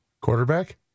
Quarterback